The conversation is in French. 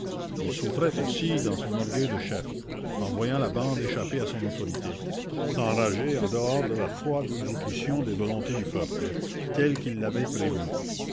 il souffrait aussi dans son orgueil de chef en voyant la bande échapper à son autorité s'enrager en dehors de la froide exécution des volontés du peuple telle qu'il l'avait prévue